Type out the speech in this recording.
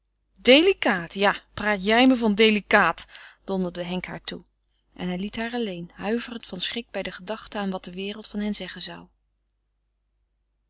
delicaat ja praat jij me van delicaat donderde henk haar toe en hij liet haar alleen huiverend van schrik bij de gedachte aan wat de wereld van hen zeggen zou